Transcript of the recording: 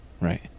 Right